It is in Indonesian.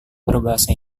berbahasa